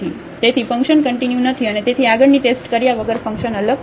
તેથી function continue નથી અને તેથી આગળની ટેસ્ટ કર્યા વગર ફંક્શન અલગ નથી